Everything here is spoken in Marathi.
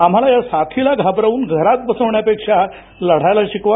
आम्हाला या साथीला घाबरव्न घरात बसवण्या पेक्षा लढायला शिकवा